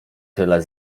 tyle